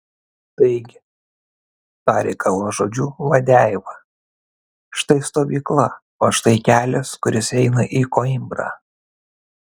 taigi tarė galvažudžių vadeiva štai stovykla o štai kelias kuris eina į koimbrą